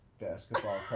basketball